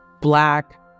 Black